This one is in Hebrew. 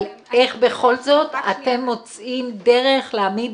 על איך בכל זאת אתם מוצאים דרך להעמיד